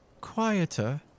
quieter